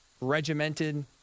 regimented